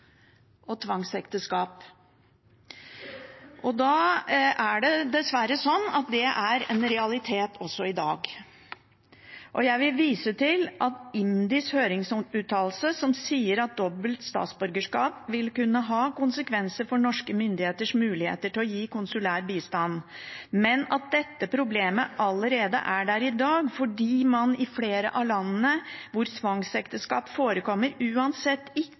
tvangsekteskap, som dessverre er en realitet også i dag. Jeg vil vise til IMDis høringsuttalelse hvor de sier at dobbelt statsborgerskap vil kunne ha konsekvenser for norske myndigheters muligheter til å gi konsulær bistand, men at dette problemet allerede er der i dag fordi man i flere av landene hvor tvangsekteskap forekommer, uansett ikke kan løse seg fra sitt opprinnelige statsborgerskap. Det er altså ikke noe av det vi gjør i